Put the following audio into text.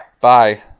Bye